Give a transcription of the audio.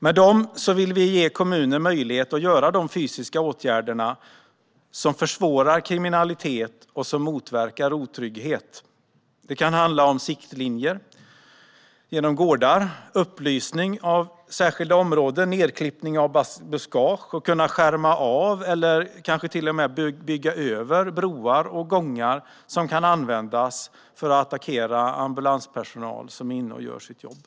Med dessa pengar vill vi ge kommuner möjlighet att göra fysiska åtgärder som försvårar kriminalitet och motverkar otrygghet. Det kan handla om siktlinjer genom gårdar, upplysning av särskilda områden, nedklippning av buskage och avskärmning eller överbyggnad av de broar och gångar som kan användas för att attackera ambulanspersonal som är inne och gör sitt jobb.